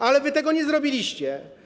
Ale wy tego nie zrobiliście.